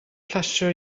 plesio